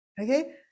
Okay